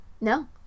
No